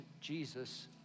Jesus